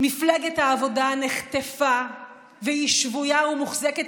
מפלגת העבודה נחטפה והיא שבויה ומוחזקת